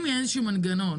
אם יהיה איזשהו מנגנון